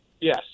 Yes